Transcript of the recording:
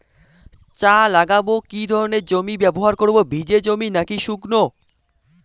চা লাগাবো কি ধরনের জমি ব্যবহার করব ভিজে জমি নাকি শুকনো?